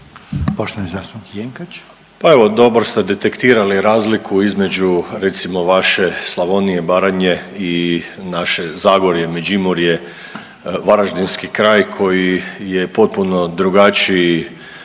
**Jenkač, Siniša (HDZ)** Pa evo dobro ste detektirali razliku između recimo vaše Slavonije i Baranje i naše Zagorje, Međimurje, varaždinski kraj koji je potpuno drugačiji,